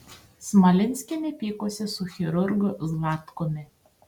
smalinskienė pykosi su chirurgu zlatkumi